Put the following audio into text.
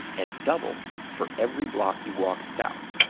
and doubles for every block you walk south.